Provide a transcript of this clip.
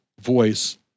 Voice